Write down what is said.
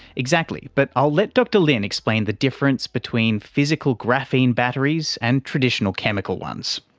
exactly, but i'll let dr lin explain the difference between physical graphene batteries and traditional chemical ones.